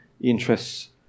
interests